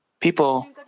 people